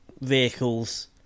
vehicles